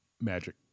Magic